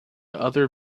other